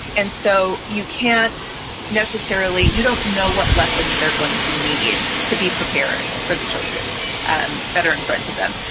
and so you can't necessarily you don't know what lessons they're going to need to be prepared for the choices and that are in front of them.